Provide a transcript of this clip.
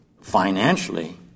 financially